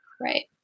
Right